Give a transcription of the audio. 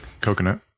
coconut